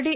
D